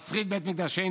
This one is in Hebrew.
על שריד בית מקדשנו,